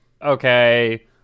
okay